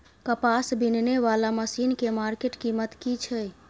कपास बीनने वाला मसीन के मार्केट कीमत की छै?